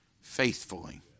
faithfully